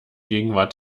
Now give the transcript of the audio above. gegenwart